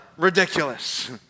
Ridiculous